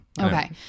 Okay